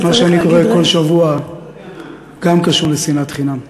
כל שבוע גם קשור לשנאת חינם.